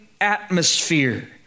atmosphere